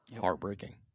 heartbreaking